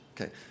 Okay